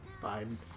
fine